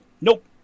Nope